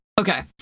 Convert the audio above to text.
Okay